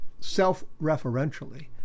self-referentially